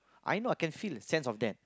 I know I can fit in sense of them